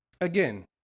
Again